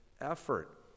effort